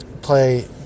play